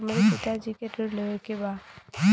हमरे पिता जी के ऋण लेवे के बा?